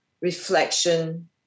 reflection